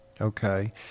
Okay